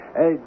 Hey